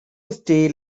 steal